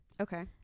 Okay